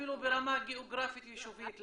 אפילו ברמה גיאוגרפית יישובית,